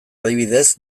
adibidez